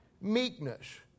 Meekness